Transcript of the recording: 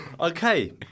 Okay